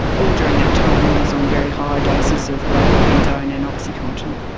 all during that time he was on very high doses of both endone and oxycontin.